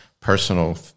personal